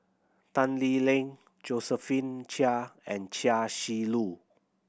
Tan Lee Leng Josephine Chia and Chia Shi Lu